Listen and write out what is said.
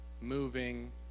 moving